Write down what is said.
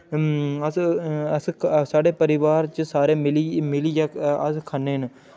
अस अस साढ़े परोआर च सारे मिली मिलियै अस खन्ने न